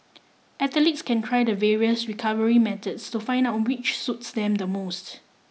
athletes can try the various recovery methods to find out which suits them the most